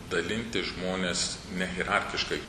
dalinti žmones ne hierarchiškai